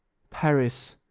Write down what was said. paris,